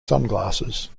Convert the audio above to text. sunglasses